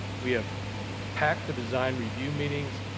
we have packed the design review meetings,